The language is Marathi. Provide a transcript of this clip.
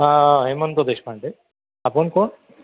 हां हेमंत देशपांडे आपण कोण